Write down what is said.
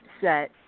set